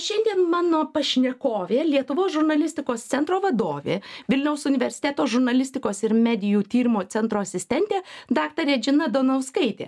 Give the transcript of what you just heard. šiandien mano pašnekovė lietuvos žurnalistikos centro vadovė vilniaus universiteto žurnalistikos ir medijų tyrimo centro asistentė daktarė džina donauskaitė